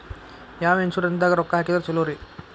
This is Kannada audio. ಯಾವ ಇನ್ಶೂರೆನ್ಸ್ ದಾಗ ರೊಕ್ಕ ಹಾಕಿದ್ರ ಛಲೋರಿ?